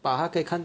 but 他可以看